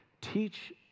teach